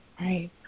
Right